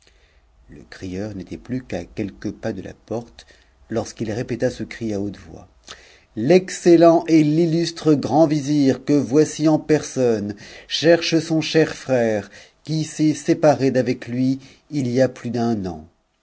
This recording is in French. le crieur n'était plus qu'à quelques pasde la porte torsqu'itrépéta ce cri à haute voix l'excellent et l'illustre grand vizir que voici en personne cherche son cher frère qui s'est séparé d'avec lui il y a plus d'un an